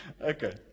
Okay